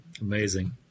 Amazing